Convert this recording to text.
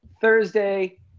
Thursday